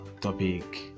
topic